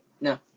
No